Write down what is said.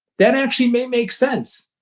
that actually may make sense.